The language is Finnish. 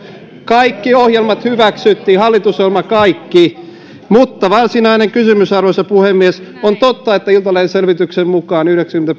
kaikki ohjelmat hyväksyttiin hallitusohjelma kaikki mutta varsinainen kysymys arvoisa puhemies on totta että iltalehden selvityksen mukaan